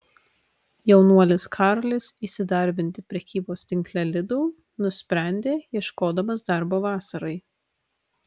jaunuolis karolis įsidarbinti prekybos tinkle lidl nusprendė ieškodamas darbo vasarai